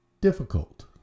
difficult